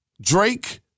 Drake